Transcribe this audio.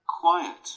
Quiet